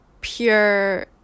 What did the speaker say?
pure